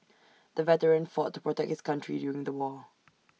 the veteran fought to protect his country during the war